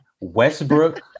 Westbrook